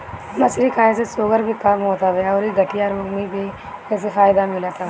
मछरी खाए से शुगर भी कम होत हवे अउरी गठिया रोग में भी एसे फायदा मिलत हवे